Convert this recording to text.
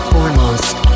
Foremost